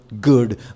good